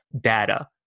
data